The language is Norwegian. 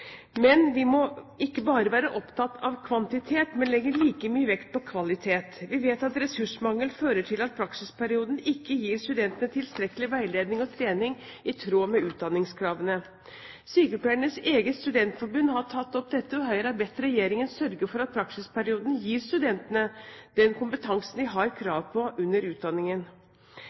Vi må ikke bare være opptatt av kvantitet, men legge like mye vekt på kvalitet. Vi vet at ressursmangel fører til at praksisperioden ikke gir studentene tilstrekkelig veiledning og trening i tråd med utdanningskravene. Sykepleiernes eget studentforbund har tatt opp dette, og Høyre har bedt regjeringen sørge for at praksisperioden gir studentene den kompetansen de har krav på under utdanningen.